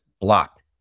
blocked